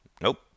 Nope